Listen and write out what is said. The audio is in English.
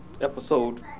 episode